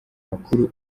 makuru